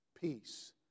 Peace